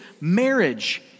marriage